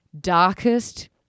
darkest